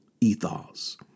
ethos